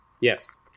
Yes